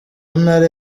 ntara